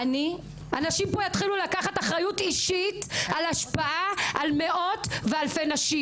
אנשים פה יתחילו לקחת אחריות אישית על השפעה על מאות ואלפי נשים.